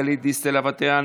גלית דיסטל אטבריאן,